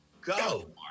go